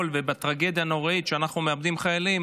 ובטרגדיה הנוראית שאנחנו מאבדים חיילים